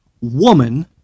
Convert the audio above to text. woman